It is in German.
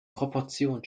proportionen